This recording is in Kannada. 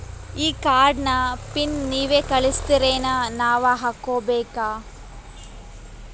ಈ ಕಾರ್ಡ್ ನ ಪಿನ್ ನೀವ ಕಳಸ್ತಿರೇನ ನಾವಾ ಹಾಕ್ಕೊ ಬೇಕು?